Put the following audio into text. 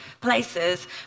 places